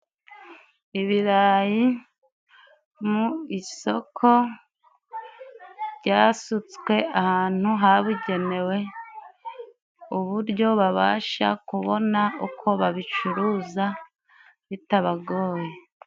Ibirayi mu isoko, byasutswe ahantu habugenewe, uburyo babasha kubona uko babicuruza bitabagoye.